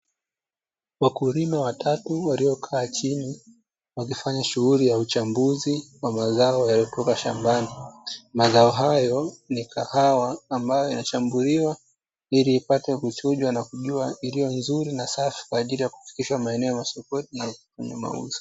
Wakulima watatu waliokaa chini wakifanya shughuli ya uchambuzi wa mazao yaliyotoka shambani, mazao hayo ni kahawa ambayo inachambuliwa ili ipate kuchujwa na kujua iliyo nzuri na safi kwa ajili ya kufikishwa maeneo ya masokoni na yenye mauzo.